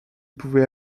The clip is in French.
pouvait